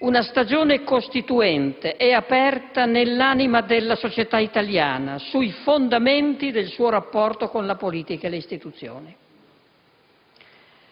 una stagione costituente è aperta nell'anima della società italiana, sui fondamenti del suo rapporto con la politica e le istituzioni.